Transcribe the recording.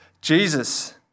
jesus